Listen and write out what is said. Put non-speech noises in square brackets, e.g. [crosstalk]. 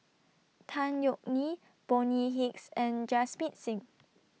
Tan Yeok Nee Bonny Hicks and [unintelligible] Singh